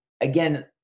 again